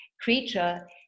creature